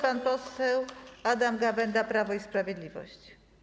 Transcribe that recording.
Pan poseł Adam Gawęda, Prawo i Sprawiedliwość.